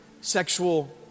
sexual